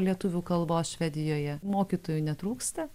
lietuvių kalbos švedijoje mokytojų netrūksta